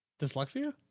Dyslexia